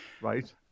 Right